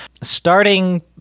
Starting